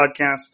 podcast